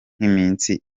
nk’iminsi